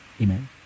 Amen